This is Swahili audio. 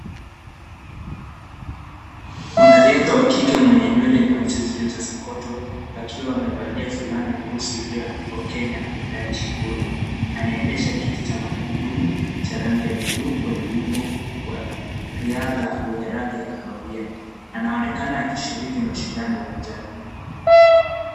Mwanariadha wa kike mwenye nywele nyeusi zilizosokotwa, akiwa amevalia fulana nyeusi iliyoandikwa Kenya na medali shingoni, anaendesha kiti cha magurudumu cha rangi ya bluu kwenye wimbo wa riadha wenye rangi ya kahawia. Anaonekana akishiriki mashindano uwanjani.